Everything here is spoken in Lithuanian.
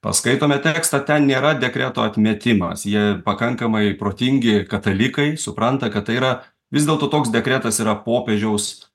paskaitome tekstą ten nėra dekreto atmetimas jie pakankamai protingi katalikai supranta kad tai yra vis dėlto toks dekretas yra popiežiaus